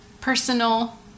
personal